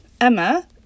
Emma